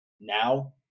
now